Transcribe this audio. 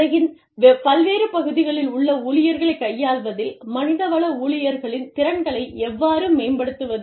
உலகின் பல்வேறு பகுதிகளில் உள்ள ஊழியர்களைக் கையாள்வதில் மனிதவள ஊழியர்களின் திறன்களை எவ்வாறு மேம்படுத்துவது